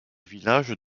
village